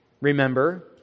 remember